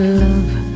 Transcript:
love